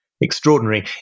extraordinary